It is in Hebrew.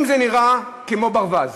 אם זה נראה כמו ברווז